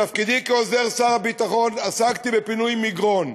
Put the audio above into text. בתפקידי כעוזר שר הביטחון עסקתי בפינוי מגרון.